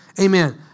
Amen